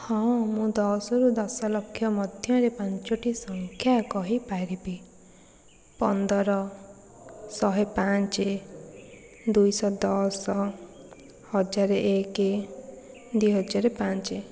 ହଁ ମୁଁ ଦଶରୁ ଦଶ ଲକ୍ଷ ମଧ୍ୟରେ ପାଞ୍ଚଟି ସଂଖ୍ୟା କହିପାରିବି ପନ୍ଦର ଶହେ ପାଞ୍ଚ ଦୁଇଶହ ଦଶ ହଜାର ଏକ ଦୁଇ ହଜାର ପାଞ୍ଚ